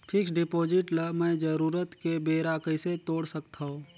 Fixed deposit ल मैं जरूरत के बेरा कइसे तोड़ सकथव?